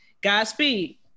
Godspeed